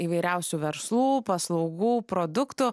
įvairiausių verslų paslaugų produktų